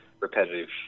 repetitive